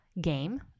game